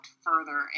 further